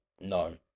no